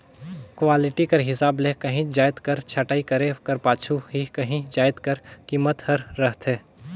quality कर हिसाब ले काहींच जाएत कर छंटई करे कर पाछू ही काहीं जाएत कर कीमेत हर रहथे